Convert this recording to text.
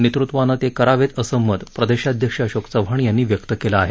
नेतृत्वाने ते करावेत असं मत प्रदेशाध्यक्ष अशोक चव्हाण यांनी व्यक्त केलं आहे